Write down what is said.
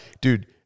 dude